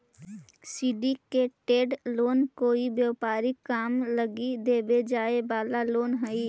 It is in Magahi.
सिंडीकेटेड लोन कोई व्यापारिक काम लगी देवे जाए वाला लोन हई